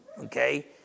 Okay